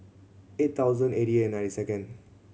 eight thousand eighty eight nine second